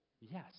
Yes